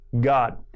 God